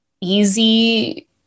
easy